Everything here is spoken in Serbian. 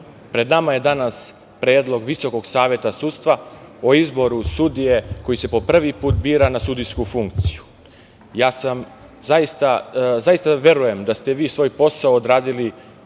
pred nama je danas predlog VSS o izboru sudije koji se po prvi put bira na sudijsku funkciju. Zaista verujem da ste vi svoj posao odradili